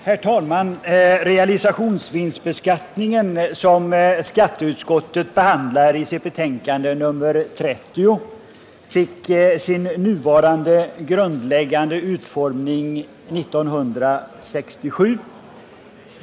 Herr talman! Realisationsvinstbeskattningen, som skatteutskottet behandlari sitt betänkande nr 30, fick sin nuvarande grundläggande utformning 1967.